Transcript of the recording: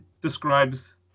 describes